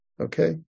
Okay